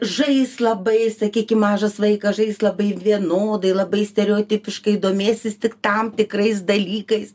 žais labai sakykim mažas vaikas žais labai vienodai labai stereotipiškai domėsis tik tam tikrais dalykais